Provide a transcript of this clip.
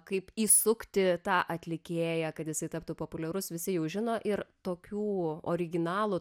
kaip įsukti tą atlikėją kad jisai taptų populiarus visi jau žino ir tokių originalų